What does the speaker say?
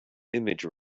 image